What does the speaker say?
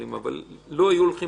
לא הולכים